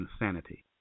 insanity